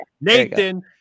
Nathan